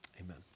amen